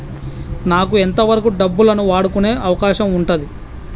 నాకు ఎంత వరకు డబ్బులను వాడుకునే అవకాశం ఉంటది?